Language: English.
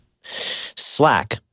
Slack